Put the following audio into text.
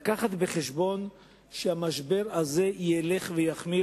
להביא בחשבון שהמשבר הזה ילך ויחמיר